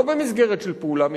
לא במסגרת של פעולה מלחמתית,